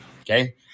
Okay